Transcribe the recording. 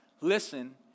listen